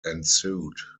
ensued